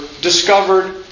discovered